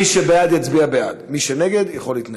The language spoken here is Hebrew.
מי שבעד, יצביע בעד, מי שנגד, יכול להתנגד.